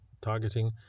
targeting